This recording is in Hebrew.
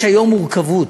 יש היום מורכבות.